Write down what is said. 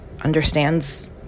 understands